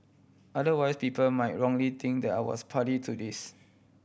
otherwise people might wrongly think that I was party to this